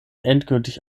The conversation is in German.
endgültig